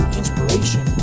inspiration